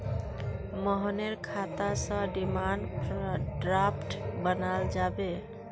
मोहनेर खाता स डिमांड ड्राफ्ट बनाल जाबे